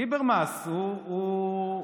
ליברמס, אופיר.